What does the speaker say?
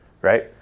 right